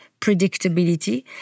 predictability